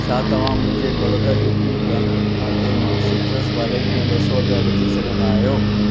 छा तव्हां मुंहिंजे बड़ोदा यू पी बैंक खाते मां सिट्रस वॉलेट में ॿ सौ रुपिया विझी सघंदा आहियो